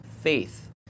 faith